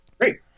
Great